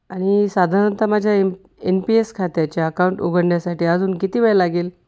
आणि साधारणतः माझ्या एम एन पी एस खात्याच्या अकाउंट उघडण्यासाठी अजून किती वेळ लागेल